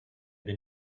been